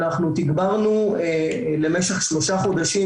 אנחנו תגברנו למשך שלושה חודשים,